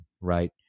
right